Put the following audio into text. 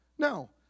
No